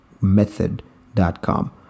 method.com